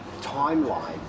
timeline